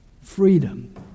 Freedom